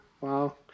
Wow